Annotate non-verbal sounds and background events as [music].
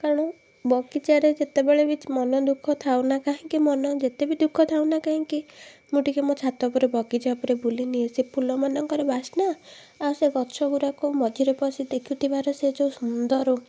କାରଣ ବଗିଚାରେ ଯେତେବେଳେ ବି [unintelligible] ମନଦୁଃଖ ଥାଉନା କାହିଁକି ମନ ଯେତେ ବି ଦୁଃଖ ଥାଉନା କାହିଁକି ମୁଁ ଟିକିଏ ମୋ ଛାତ ଉପରେ ବଗିଚା ଉପରେ ବୁଲିନିଏ ସେ ଫୁଲମାନଙ୍କର ବାସ୍ନା ଆଉ ସେ ଗଛଗୁରାକୁ ମଝିରେ ପଶି ଦେଖୁଥିବାର ସେ ଯେଉଁ ସୁନ୍ଦର